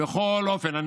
בכל אופן,